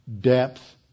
depth